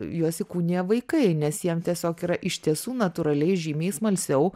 juos įkūnija vaikai nes jiem tiesiog yra iš tiesų natūraliai žymiai smalsiau